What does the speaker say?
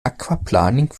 aquaplaning